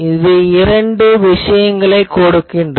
இது இரண்டு விஷயங்களைக் கொடுக்கிறது